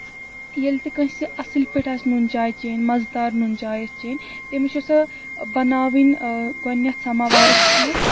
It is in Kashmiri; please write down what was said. ییٚلہِ تہِ کٲنسہِ اَصٕل پٲٹھۍ آسہِ نُن چاے چیٚنۍ مَزٕدار نُن چاے آسہِ چیٚنۍ تٔمِس چھےٚ سۄ بَناوٕنۍ گۄڈٕنٮ۪تھ سَماوارَس منٛز